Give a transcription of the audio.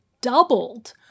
doubled